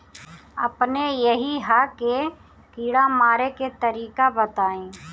अपने एहिहा के कीड़ा मारे के तरीका बताई?